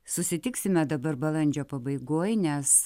susitiksime dabar balandžio pabaigoj nes